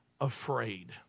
afraid